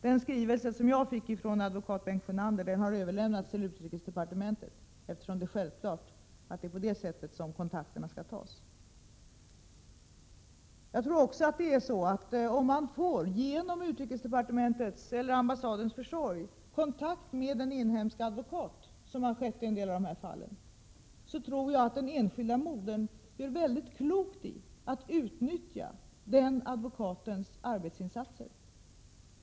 Den skrivelse som jag fick av advokaten Bengt Sjönander har överlämnats till utrikesdepartementet — det är självfallet genom utrikesdepartementet kontakterna skall tas. Om man genom utrikesdepartementets eller ambassadens försorg får kontakt med en inhemsk advokat, som har skett i en del av dessa fall, tror jag att den enskilda modern gör klokt i att utnyttja denna advokats arbetsinsatser.